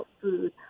food